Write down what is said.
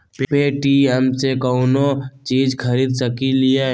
Paytm से कौनो चीज खरीद सकी लिय?